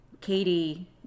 Katie